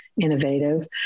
innovative